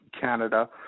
Canada